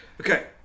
Okay